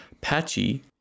Patchy